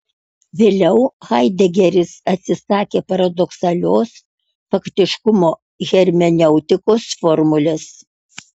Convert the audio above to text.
vėliau haidegeris atsisakė paradoksalios faktiškumo hermeneutikos formulės